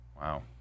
Wow